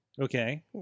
Okay